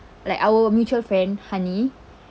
like our mutual friend hani